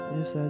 Yes